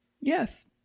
Yes